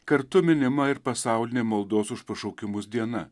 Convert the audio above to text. kartu minima ir pasaulinė maldos už pašaukimus diena